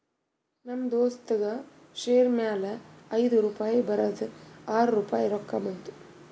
ನಮ್ ದೋಸ್ತಗ್ ಶೇರ್ ಮ್ಯಾಲ ಐಯ್ದು ರುಪಾಯಿ ಬರದ್ ಆರ್ ರುಪಾಯಿ ರೊಕ್ಕಾ ಬಂತು